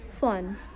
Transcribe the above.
fun